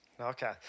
Okay